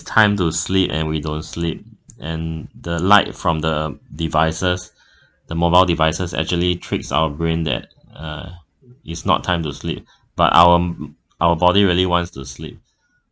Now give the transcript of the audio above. time to sleep and we don't sleep and the light from the devices the mobile devices actually tricks our brain that uh it's not time to sleep but our our body really wants to sleep